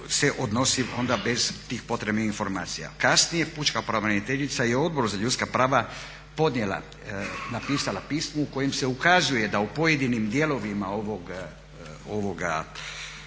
se odnosi onda bez tih potrebnih informacija. Kasnije pučka pravobraniteljica je Odboru za ljudska prava podnijela, napisala pismo u kojem se ukazuje da u pojedinim dijelovima ovog